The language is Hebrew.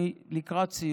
אני לקראת סיום.